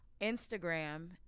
Instagram